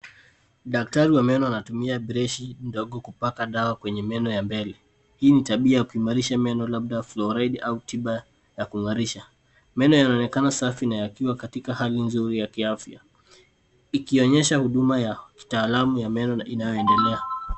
Daktari wa meno anatumia breshi ndogo kupaka dawa kwenye meno ya mbele. Hii ni tabia ya kuimarisha meno labda floride au tiba ya kung'arisha. Meno yanaonekana yakiwa safi na yakiwa katika hali nzuri ya kiafya. Ikionyesha huduma ya kitaalamu ya meno na inayoendelea.